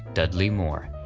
dudley moore,